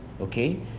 Okay